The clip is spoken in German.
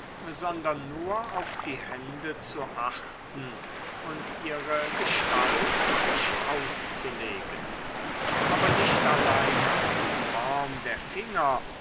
sondern nur auf die hände zu achten und ihre gestalt sich auszulegen aber nicht allein die form der finger